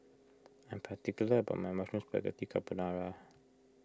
I am particular about my Mushroom Spaghetti Carbonara